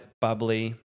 bubbly